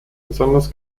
besonders